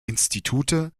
institute